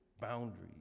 boundaries